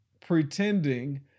Pretending